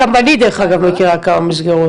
גם אני, דרך אגב, מכירה כמה מסגרות.